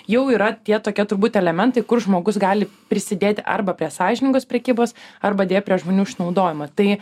jau yra tie tokie turbūt elementai kur žmogus gali prisidėti arba prie sąžiningos prekybos arba deja prie žmonių išnaudojimo tai